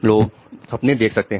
लोग सपने देख सकते हैं